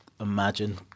imagine